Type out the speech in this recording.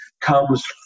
comes